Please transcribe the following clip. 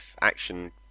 action